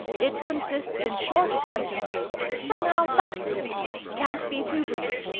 it consists in short sentences. somehow thus can't be too brief.